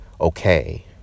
okay